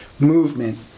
movement